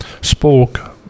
spoke